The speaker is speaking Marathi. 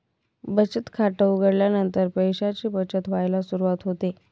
बचत खात उघडल्यानंतर पैशांची बचत व्हायला सुरवात होते